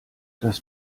das